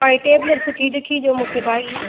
भाई टेबलेट सुठी लिखी ॾियो मूंखे भाई